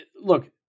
Look